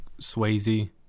Swayze